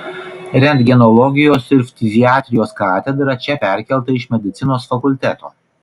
rentgenologijos ir ftiziatrijos katedra čia perkelta iš medicinos fakulteto